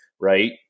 right